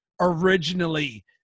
originally